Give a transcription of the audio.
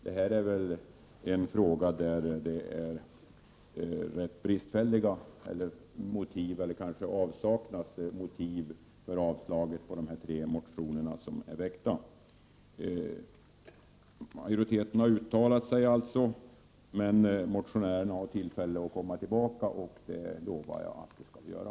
Detta är en fråga där det saknas motiv för avslag på det tre motioner som är väckta. Majoriteten har alltså uttalat sig, men motionärerna har tillfälle att återkomma — och det lovar jag att vi skall göra.